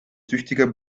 tüchtiger